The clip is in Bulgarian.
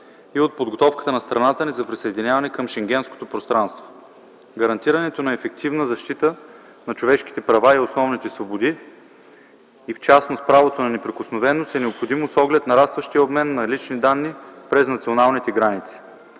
и от подготовката на страната ни за присъединяване към Шенгенското пространство. Гарантирането на ефективна защита на човешките права и основните свободи, и в частност правото на неприкосновеност, е необходимо с оглед нарастващия обмен на лични данни през националните граници.